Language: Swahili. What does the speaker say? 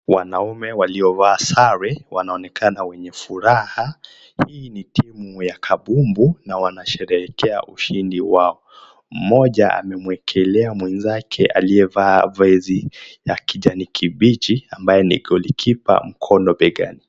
Wanaume waliovaa sare wanaonekana wenye furaha. Hii ni timu ya kabumbu na wanasherehekea ushindi wao. Mmoja amemwekelea mwenzake, aliyevaa vazi la kijani kibichi ambaye ni golikipa, mkono begani.